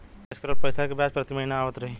निवेश करल पैसा के ब्याज प्रति महीना आवत रही?